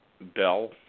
Bell